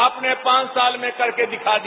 आपने पांच साल में करके दिखा दिया